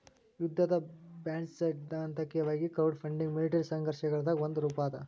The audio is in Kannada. ಯುದ್ಧದ ಬಾಂಡ್ಸೈದ್ಧಾಂತಿಕವಾಗಿ ಕ್ರೌಡ್ಫಂಡಿಂಗ್ ಮಿಲಿಟರಿ ಸಂಘರ್ಷಗಳದ್ ಒಂದ ರೂಪಾ ಅದ